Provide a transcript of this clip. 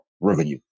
revenue